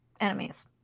enemies